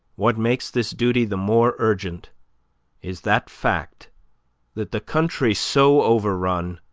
what makes this duty the more urgent is that fact that the country so overrun